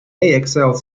excels